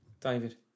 David